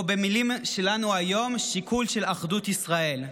או במילים שלנו היום: שיקול של אחדות ישראל.